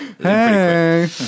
Hey